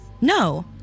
no